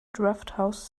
drafthouse